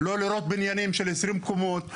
לא לראות בניינים של 20 קומות?